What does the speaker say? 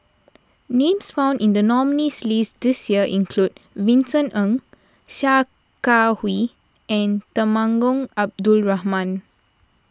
names found in the nominees' list this year include Vincent Ng Sia Kah Hui and Temenggong Abdul Rahman